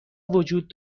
وجود